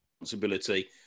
responsibility